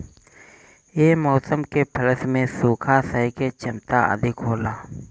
ये मौसम के फसल में सुखा के सहे के क्षमता अधिका होला